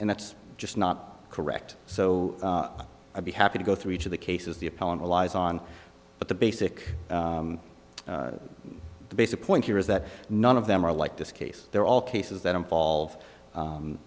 and that's just not correct so i'd be happy to go through each of the cases the appellant relies on but the basic the basic point here is that none of them are like this case they're all cases that involve